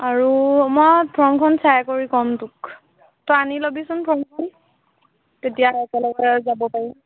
আৰু মই ফৰ্মখন চাই কৰি ক'ম তোক তই আনি ল'বিচোন ফৰ্মখন তেতিয়া একেলগে যাব পাৰিম